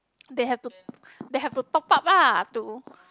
they have to they have to top up ah to